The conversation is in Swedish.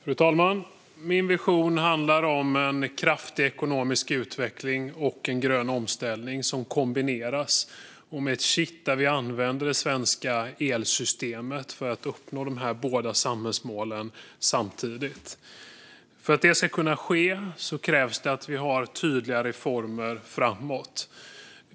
Fru talman! Min vision handlar om en kraftig ekonomisk utveckling och en grön omställning som kombineras och med ett kitt där vi använder det svenska elsystemet för att uppnå de båda samhällsmålen samtidigt. För att det ska kunna ske krävs det att vi har tydliga reformer framåt.